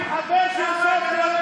תפסיק אתה, תפסיק.